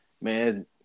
man